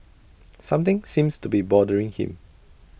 something seems to be bothering him